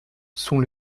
sont